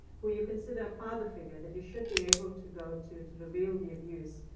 who you consider a father figure that you should be able to go to, to reveal the abuse.